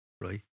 right